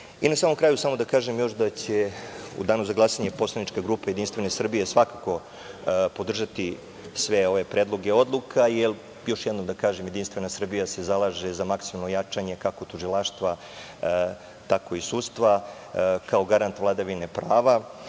samom kraju, samo da kažem još da će u danu za glasanje poslanička grupa Jedinstvene Srbije, svakako podržati sve ove predloge odluka, jer Jedinstvena Srbija se zalaže za maksimalno jačanje, kako tužilaštva, tako i sudstva. Kao garant vladavine prava